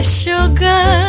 sugar